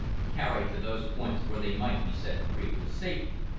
carried to those ports where they might be set free with safety.